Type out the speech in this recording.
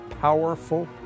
powerful